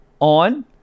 on